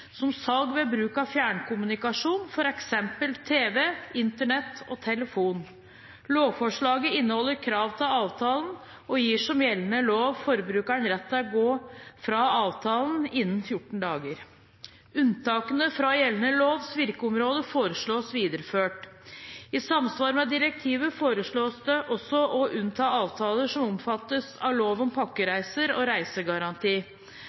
som salg ved bruk av fjernkommunikasjon, f.eks. TV, Internett og telefon. Lovforslaget inneholder krav til avtalen og gir som gjeldende lov forbrukeren rett til å gå fra avtalen innen 14 dager. Unntakene fra gjeldende lovs virkeområde foreslås videreført. I samsvar med direktivet foreslås det også å unnta avtaler som omfattes av lov om pakkereiser og reisegaranti